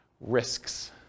Risks